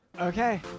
Okay